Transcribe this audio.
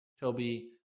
Toby